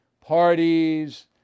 parties